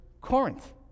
Corinth